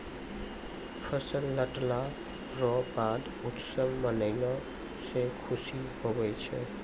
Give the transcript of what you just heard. फसल लटला रो बाद उत्सव मनैलो से खुशी हुवै छै